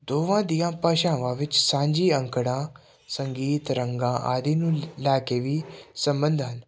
ਦੋਹਾਂ ਦੀਆਂ ਭਾਸ਼ਾਵਾਂ ਵਿੱਚ ਸਾਂਝੀ ਅੰਕੜਾ ਸੰਗੀਤ ਰੰਗਾਂ ਆਦਿ ਨੂੰ ਲੈ ਕੇ ਵੀ ਸੰਬੰਧ ਹਨ